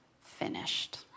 finished